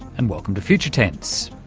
and welcome to future tense.